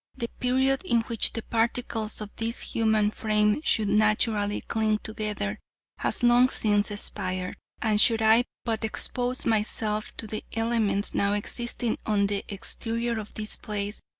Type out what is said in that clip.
the period in which the particles of this human frame should naturally cling together has long since expired, and should i but expose myself to the elements now existing on the exterior of this place,